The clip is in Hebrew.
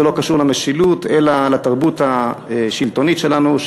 זה לא קשור למשילות אלא לתרבות השלטונית שלנו,